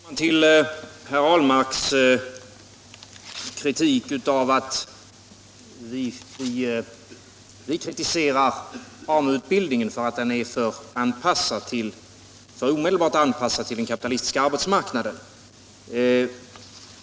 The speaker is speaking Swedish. Herr talman! Per Ahlmark frågade varför vi kritiserade AMU-utbildningen för att vara alltför omedelbart anpassad till den kapitalistiska arbetsmarknaden.